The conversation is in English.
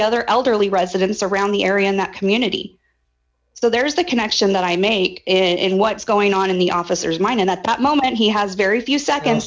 other elderly residents around the area in that community so there is the connection that i make in what's going on in the officers mind and at that moment he has very few seconds